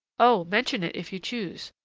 oh! mention it, if you choose.